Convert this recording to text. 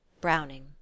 Browning